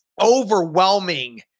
overwhelming